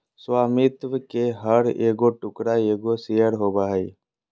स्वामित्व के हर एगो टुकड़ा एगो शेयर होबो हइ